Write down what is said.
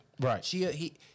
Right